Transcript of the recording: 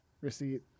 receipt